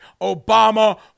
Obama